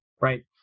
right